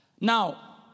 Now